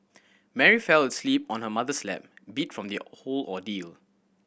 Mary fell asleep on her mother's lap beat from the whole ordeal